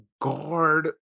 guard